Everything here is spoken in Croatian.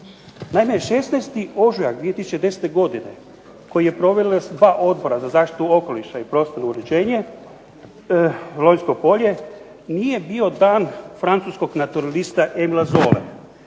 Naime 16. ožujak 2010. godine koji su proveli dva Odbora za zaštitu okoliša i prostorno uređenje, Lonjsko polje nije bio dan Francuskog naturalista Emila Zole,